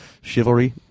chivalry